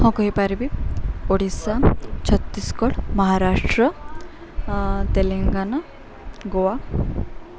ହଁ କହିପାରିବି ଓଡ଼ିଶା ଛତିଶଗଡ଼ ମହାରାଷ୍ଟ୍ର ତେଲେଙ୍ଗାନା ଗୋଆ